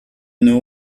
know